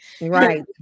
Right